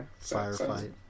firefight